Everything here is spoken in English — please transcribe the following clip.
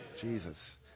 Jesus